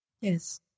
Yes